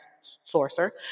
sorcerer